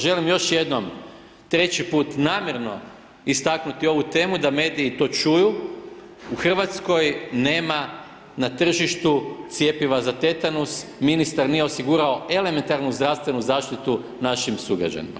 Želim još jednom, treći put, namjerno istaknuti ovu temu da mediji to čuju u Hrvatskoj nema na tržištu cjepiva za tetanus, ministar nije osigurao elementarnu zdravstvenu zaštitu našim sugrađanima.